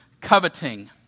coveting